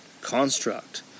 construct